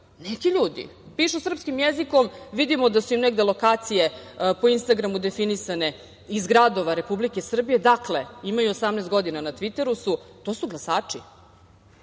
neki ljudi, pišu srpskim jezikom, vidimo da su im negde lokacije po Instagramu definisane iz gradova Republike Srbije, dakle, imaju 18 godina a na Tviteru su, to su glasači,